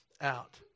out